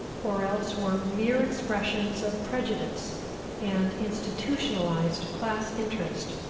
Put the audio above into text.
or else were mere expressions of prejudice and institutionalized class interest,